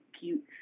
cute